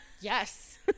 Yes